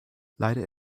leider